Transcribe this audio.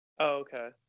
Okay